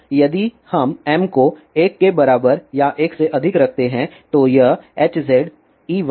अब यदि हम m को 1 के बराबर या 1 से अधिक रखते हैं तो यह Hz Ey और Hx 0 नहीं होगा